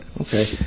Okay